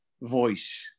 voice